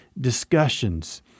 discussions